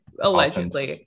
allegedly